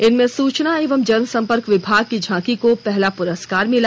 इसमें सूचना एवं जनसंपर्क विभाग की झांकी को पहला पुरस्कार मिला